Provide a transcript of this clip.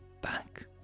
back